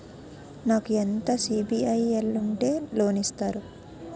నాకు ఎంత సిబిఐఎల్ ఉంటే లోన్ ఇస్తారు?